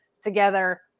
together